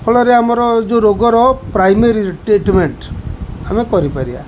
ଫଳରେ ଆମର ଯୋଉ ରୋଗର ପ୍ରାଇମେରୀ ଟ୍ରିଟମେଣ୍ଟ ଆମେ କରିପାରିବା